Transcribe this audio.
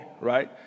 right